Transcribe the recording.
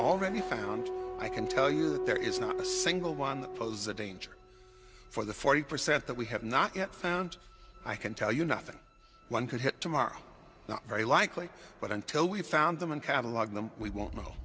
already found i can tell you that there is not a single one was a danger for the forty percent that we have not yet found i can tell you nothing one could hit tomorrow now very likely but until we found them in catalog them we won't know